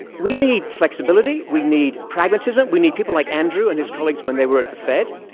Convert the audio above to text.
we need flexibility. we need pragmatism. we need people like andrew and his colleagues when they were at the fed.